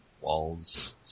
walls